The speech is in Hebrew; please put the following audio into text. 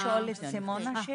סימונה.